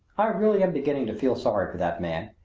i really am beginning to feel sorry for that man.